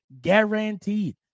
guaranteed